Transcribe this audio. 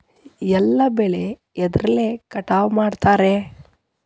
ಎಲ್ಲ ಬೆಳೆ ಎದ್ರಲೆ ಕಟಾವು ಮಾಡ್ತಾರ್?